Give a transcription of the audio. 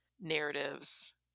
narratives